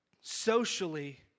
socially